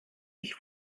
ich